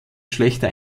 schlechter